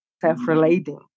self-relating